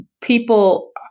people